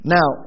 Now